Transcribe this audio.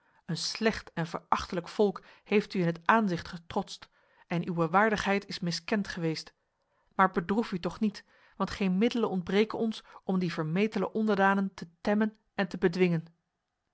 een slecht en verachtelijk volk heeft u in het aanzicht getrotst en uwe waardigheid is miskend geweest maar bedroef u toch niet want geen middelen ontbreken ons om die vermetele onderdanen te temmen en te bedwingen